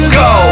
go